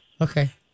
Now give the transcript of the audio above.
Okay